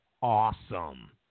awesome